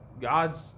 God's